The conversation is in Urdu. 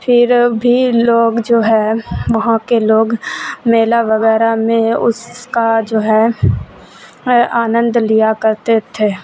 پھر بھی لوگ جو ہے وہاں کے لوگ میلا وغیرہ میں اس کا جو ہے ہے آنند لیا کرتے تھے